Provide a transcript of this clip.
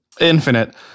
Infinite